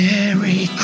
Merry